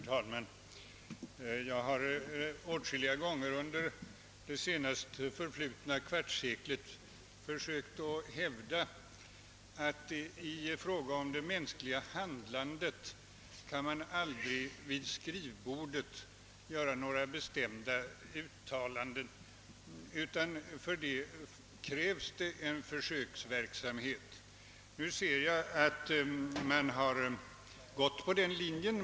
Herr talman! Jag har åtskilliga gånger under det senast förflutna kvartsseklet försökt hävda att man i fråga om det mänskliga handlandet aldrig vid skrivbordet kan göra några bestämda uttalanden, utan för det krävs en försöksverksamhet. Nu ser jag att man har gått på den linjen.